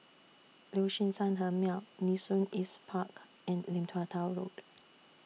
Liuxun Sanhemiao Nee Soon East Park and Lim Tua Tow Road